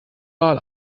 mal